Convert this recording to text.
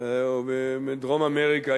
או בדרום-אמריקה,